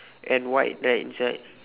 and white right inside